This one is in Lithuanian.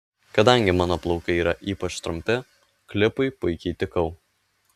kadangi mano plaukai yra ypač trumpi klipui puikiai tikau